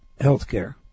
healthcare